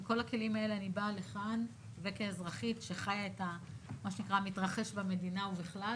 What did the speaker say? עם כל הכלים האלה אני באה לכאן וכאזרחית שחיה את המתרחש במדינה ובכלל